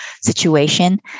situation